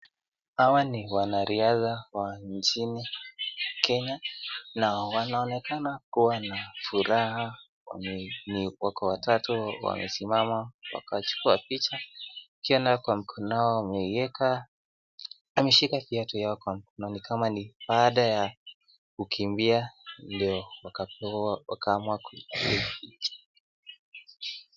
Hawa ni wanariadha wa inchini kenya na wanaokena kuwa na furaha wako watatu wamesimama wakachukuwa picha pia kwa mkona yao wameieka, wameshika kiatu kwa mkono yao inaonekana ni baada ya kukimbia leo wakapewa wakaamua kupiga picha .